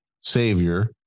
savior